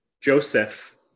Joseph